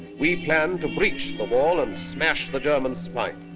we planned to breach the wall and smash the german spine.